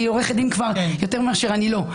אני עורכת דין יותר משאני לא.